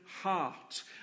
heart